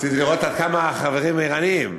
רציתי לראות עד כמה החברים ערניים,